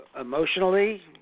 emotionally